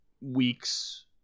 weeks